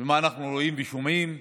ומה אנחנו רואים ושומעים?